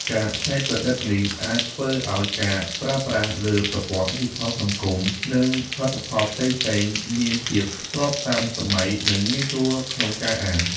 ការច្នៃប្រឌិតនេះអាចធ្វើឲ្យការប្រើប្រាស់លើប្រព័ន្ធឌីជីថល សង្គម និងផលិតផលផ្សេងៗ មានភាពស្របតាមសម័យ និងងាយស្រួលក្នុងការអាន។